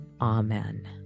Amen